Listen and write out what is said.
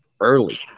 early